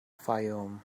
fayoum